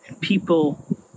people